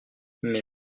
mes